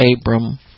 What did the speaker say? Abram